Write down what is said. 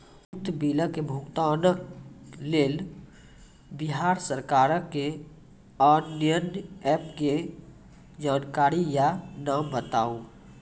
उक्त बिलक भुगतानक लेल बिहार सरकारक आअन्य एप के जानकारी या नाम बताऊ?